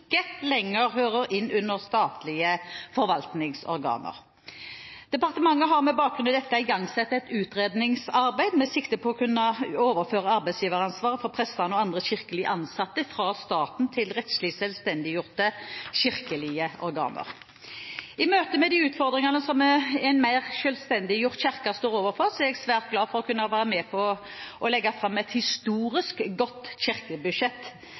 dette igangsatt et utredningsarbeid med sikte på å kunne overføre arbeidsgiveransvaret for prestene og andre kirkelig ansatte fra staten til rettslig selvstendiggjorte kirkelige organer. I møte med de utfordringene som en mer selvstendiggjort kirke står overfor, er jeg svært glad for å kunne være med på å legge fram et historisk godt kirkebudsjett.